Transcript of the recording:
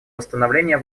восстановления